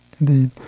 Indeed